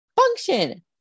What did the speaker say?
function